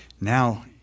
Now